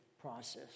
process